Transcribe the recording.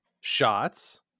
shots